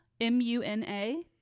M-U-N-A